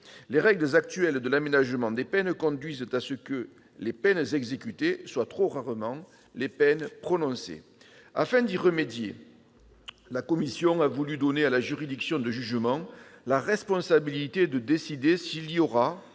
Les règles actuelles de l'aménagement des peines conduisent à ce que les peines exécutées soient trop rarement les peines prononcées. Afin de remédier à cet état de fait, la commission a voulu donner à la juridiction de jugement la responsabilité de décider s'il y aura